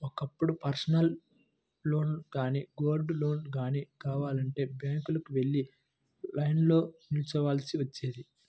ఒకప్పుడు పర్సనల్ లోన్లు గానీ, గోల్డ్ లోన్లు గానీ కావాలంటే బ్యాంకులకు వెళ్లి లైన్లో నిల్చోవాల్సి వచ్చేది